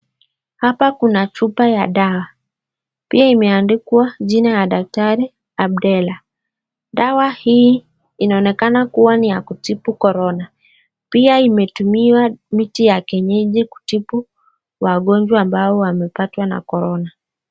Hapa kuna chupa ya dawa. Pia imeandikwa jina ya daktari Abdellah. Dawa hii inaonekana kuwa ni ya kutibu Corona. Pia imetumiwa miti ya kienyeji kutibu wagonjwa ambao wamepatwa na Corona.